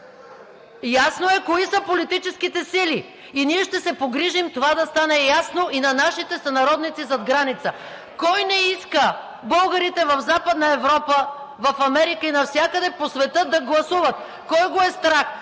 Ясно е кои са политическите сили и ние ще се погрижим това да стане ясно и на нашите сънародници зад граница: кой не иска българите в Западна Европа, в Америка и навсякъде по света да гласуват; кой го е страх;